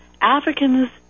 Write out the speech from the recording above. Africans